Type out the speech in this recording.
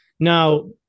Now